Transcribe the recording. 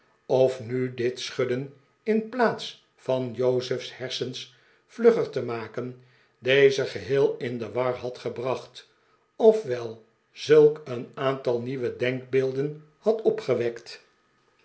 of nu dit schudden in plaats van jozef s hersens vlugger te maken deze geheel in de war had gebracht of wel zulk'een aantal nieuwe denkbeelden had opgewekt